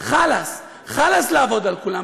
חלאס, חלאס לעבוד על כולם.